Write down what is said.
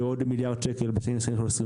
ועוד מיליארד ₪ ב-2023-2024,